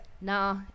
Nah